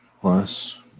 plus